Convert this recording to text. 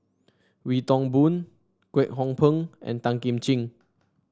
Wee Toon Boon Kwek Hong Png and Tan Kim Ching